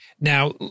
Now